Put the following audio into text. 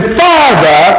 father